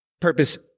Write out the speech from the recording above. purpose